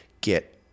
get